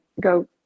go